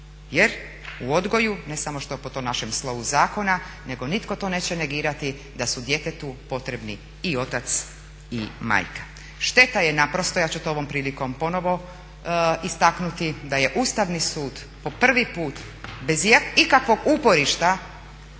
Jer u odgoju ne samo što je to po našem slovu zakona, nego nitko to neće negirati da su djetetu potrebni i otac i majka. Šteta je naprosto, ja ću to ovom prilikom ponovno istaknuti da je Ustavni sud po prvi put bez ikakvog uporišta